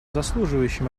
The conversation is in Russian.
заслуживающим